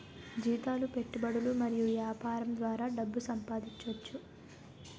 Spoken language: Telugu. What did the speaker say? జీతాలు పెట్టుబడులు మరియు యాపారం ద్వారా డబ్బు సంపాదించోచ్చు